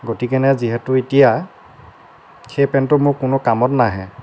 গতিকে যিহেতু এতিয়া সেই পেণ্টটো মোৰ কোনো কামত নাহে